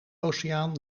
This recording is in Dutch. oceaan